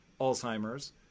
Alzheimer's